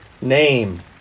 name